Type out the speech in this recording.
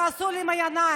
אל תעשו לי פה עם העיניים.